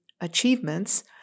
achievements